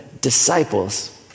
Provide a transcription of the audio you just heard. disciples